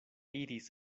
iris